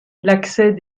l’accès